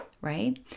right